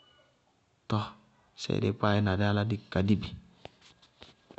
Tɔɔ, séé dɩí kpáa yɛ na dí yálá dí kadi bɩ?